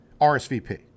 RSVP